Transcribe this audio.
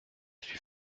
suis